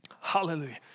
Hallelujah